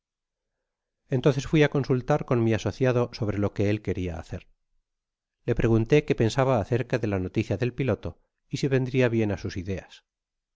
entonces fui á consultar con mi asociado sobre lo que él queria hacer le pregunté qué pensaba acerca de la noticia del piloto y si vendria bien á sus ideas